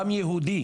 גם יהודי